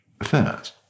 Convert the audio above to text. affairs